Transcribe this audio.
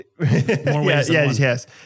yes